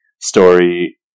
story